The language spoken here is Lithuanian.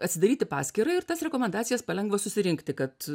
atsidaryti paskyrą ir tas rekomendacijas palengva susirinkti kad